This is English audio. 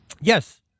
Yes